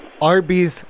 Arby's